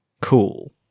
cool